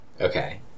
okay